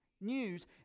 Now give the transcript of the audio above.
news